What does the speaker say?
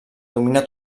domina